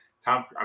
tom